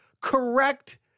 correct